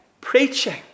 preaching